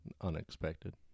unexpected